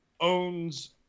owns –